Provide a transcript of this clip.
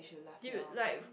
do you like